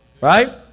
right